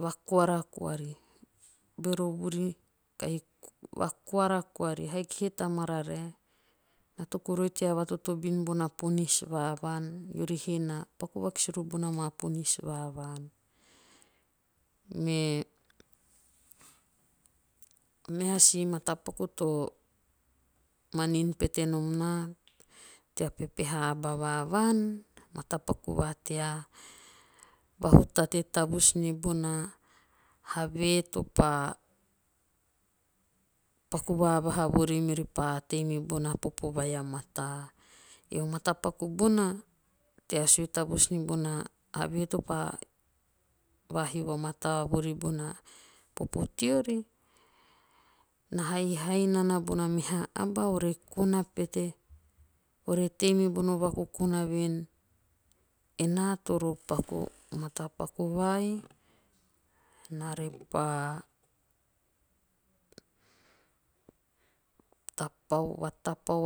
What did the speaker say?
Vakoara koari. Bero vuri kahi vakoara koari. haiki he ta mararae. Na toku rori tea vatotobin bona ponis va vaan. eori he na paku vakis rori bona maa ponis va vaan. Mea meha si matapaku to manin pete nom naa tea pepeha aba va vaan. matapaku va tea vahutate tavus nia have to pa paku vavaha vori. riori pa tei mibona popo vai a mataa. Ei o matapaku bona. tea ue tavus nibona have to pa vahio vamata bona popo teori. na haihai nana bona meha aba ore kona pete. ore tei mobono vakokona voen,"enaa toro paku o matapaku vai. naa repa tapau. vatapau